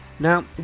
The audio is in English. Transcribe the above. Now